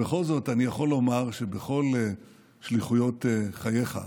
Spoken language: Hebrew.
בכל זאת אני יכול לומר שבכל שליחויות חייך,